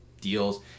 deals